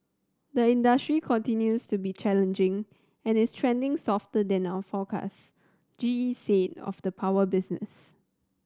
the industry continues to be challenging and is trending softer than our forecast G E said of the power business